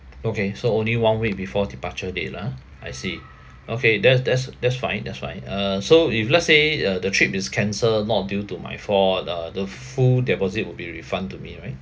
okay so only one week before departure date lah ah I see okay there's that's that's fine that's fine uh so if let's say uh the trip is cancel not due to my fault uh the full deposit would be refund to me right